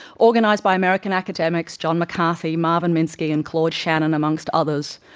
organised by american academics john mccarthy, marvin minsky and claude shannon among so others,